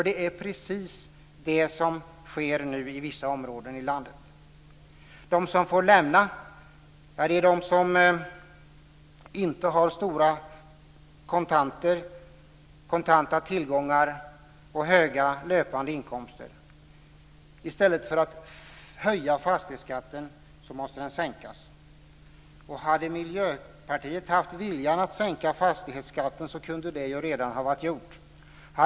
Det är precis det som sker nu i vissa områden i landet. De som får lämna är de som inte har stora kontanta tillgångar och höga löpande inkomster. I stället för att höja fastighetsskatten måste den sänkas. Hade Miljöpartiet haft viljan att sänka fastighetsskatten kunde det redan varit gjort.